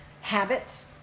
habits